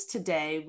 Today